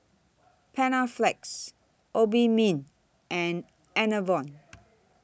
Panaflex Obimin and Enervon